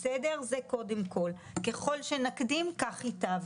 ככל שנקדים, כך ייטב.